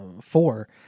four